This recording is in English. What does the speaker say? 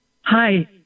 hi